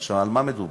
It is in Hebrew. עכשיו, על מה מדובר?